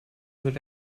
wird